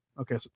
Okay